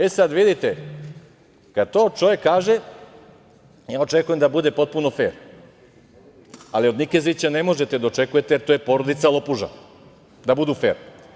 E, sada vidite, kada to čovek kaže ja očekujem da bude potpuno fer, ali od Nikezića ne možete da očekujete, jer to je porodica lopuža, da budu fer.